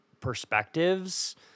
perspectives